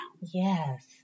Yes